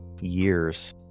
years